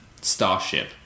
starship